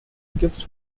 gifts